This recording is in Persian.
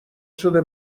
شده